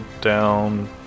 down